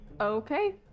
Okay